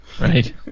Right